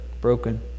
broken